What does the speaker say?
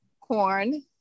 corn